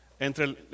Entre